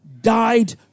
died